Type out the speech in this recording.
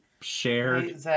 shared